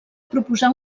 proposar